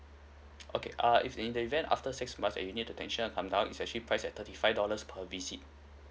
okay err if in the event after six month and you need the technician to come down is actually priced at thirty five dollars per visit